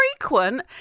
frequent